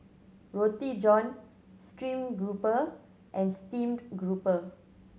Roti John stream grouper and steamed grouper